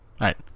right